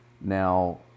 now